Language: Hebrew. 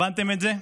הבנתם את זה?